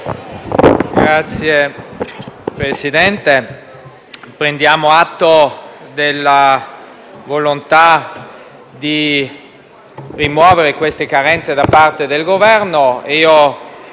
Signor Presidente, prendiamo atto della volontà di rimuovere queste carenze da parte del Governo.